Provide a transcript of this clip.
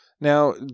Now